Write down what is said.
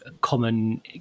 common